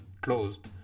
closed